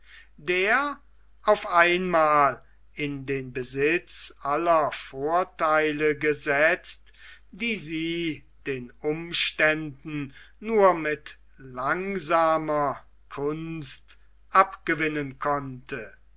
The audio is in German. der auf einmal in den besitz aller vortheile gesetzt die sie den umständen nur mit langsamer kunst abgewinnen konnte